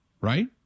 right